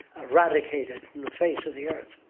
eradicated from the face of the earth.